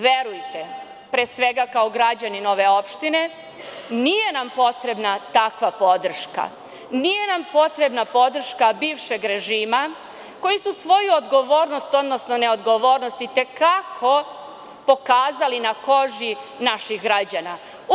Verujte, pre svega kao građanin ove opštine, nije nam potrebna takva podrška, nije nam potrebna podrška bivšeg režima koji su svoju odgovornost, odnosno neodgovornost i te kako pokazali na koži naših građana.